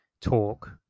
talk